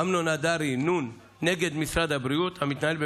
אמנון הדרי נגד משרד הבריאות, המתנהל בבג"ץ,